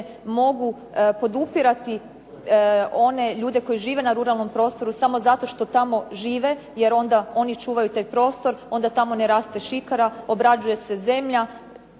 mogu podupirati one ljude koji žive na ruralnom prostoru samo zato što tamo žive, jer onda oni čuvaju taj prostor, onda tamo ne raste šikara, obrađuje se zemlja.